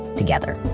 together.